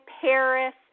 Paris